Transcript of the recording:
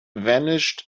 vanished